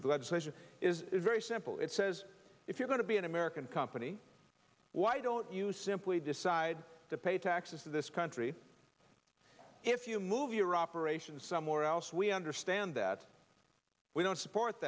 with legislation is very simple it says if you're going to be an american company why don't you simply decide to pay taxes in this country if you move your operation somewhere else we understand that we don't support